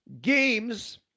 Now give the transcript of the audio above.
games